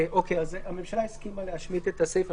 הממשלה הסכימה להשמיט את הסיפה.